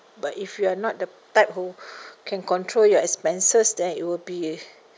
but if you're not the type who can control your expenses then it will be